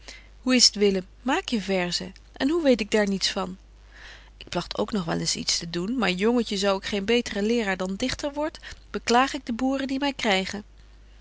hoe is t willem maak je verzen en weet ik daar niets van ik plagt ook nog wel eens iets te doen maar jongetje zo ik geen beter leeraar dan dichter word beklaag ik de boeren die my krygen